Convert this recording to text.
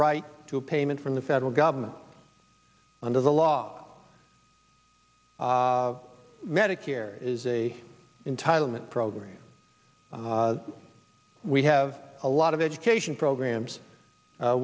right to a payment from the federal government under the law medicare is a entitlement program we have a lot of education programs